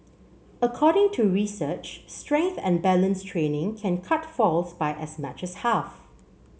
according to research strength and balance training can cut falls by as much as half